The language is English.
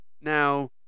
Now